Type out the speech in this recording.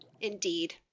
indeed